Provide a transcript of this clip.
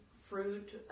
fruit